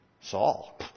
Saul